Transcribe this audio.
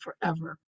forever